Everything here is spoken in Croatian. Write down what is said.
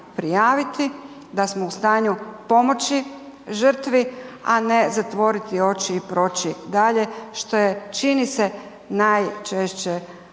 prijaviti, da smo u stanju pomoći žrtvi, a ne zatvoriti oči i proći dalje što je čini se najčešće